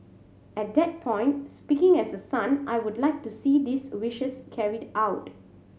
at that point speaking as a son I would like to see these wishes carried out